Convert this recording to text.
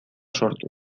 sortuz